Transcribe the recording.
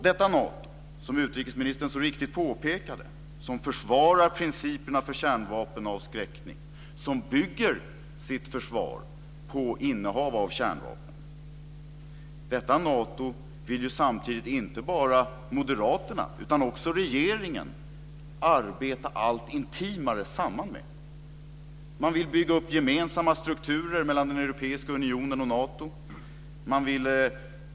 Detta Nato som försvarar, som utrikesministern så riktigt påpekade, principen om kärnvapenavskräckning, som bygger sitt försvar på innehav av kärnvapen, vill samtidigt inte bara moderaterna utan också regeringen arbeta allt intimare samman med. Man vill bygga upp gemensamma strukturer mellan den europeiska unionen och Nato.